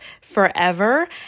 forever